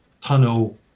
tunnel